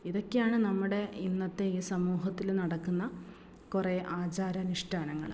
ഇതൊക്കെയാണ് നമ്മുടെ ഇന്നത്തെ ഈ സമൂഹത്തിൽ നടക്കുന്ന കുറേ ആചാര അനുഷ്ഠാനങ്ങൾ